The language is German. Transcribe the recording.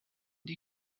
die